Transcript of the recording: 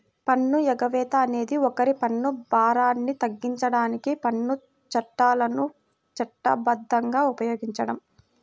పన్ను ఎగవేత అనేది ఒకరి పన్ను భారాన్ని తగ్గించడానికి పన్ను చట్టాలను చట్టబద్ధంగా ఉపయోగించడం